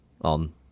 on